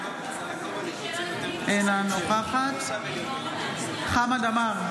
אינה נוכחת חמד עמאר,